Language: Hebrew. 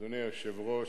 אדוני היושב-ראש,